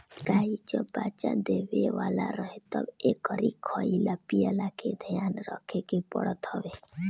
गाई जब बच्चा देवे वाला रहे तब एकरी खाईला पियला के ध्यान रखे के पड़त हवे